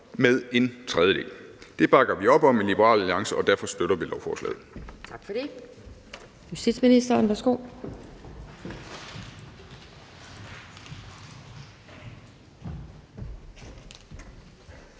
med en tredjedel. Det bakker vi op om i Liberal Alliance, og derfor støtter vi lovforslaget. Kl.